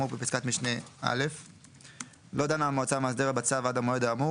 במועד שיקבע מנהל רשות העתיקות או במועד סיום העבודות,